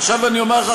עכשיו אני אומר לך,